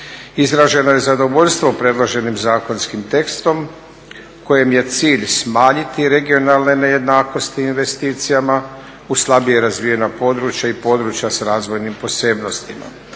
Izraženo je zadovoljstvo predloženim zakonskim tekstom kojem je cilj smanjiti regionalne nejednakosti investicijama u slabije razvijena područja i područja s razvojnim posebnostima.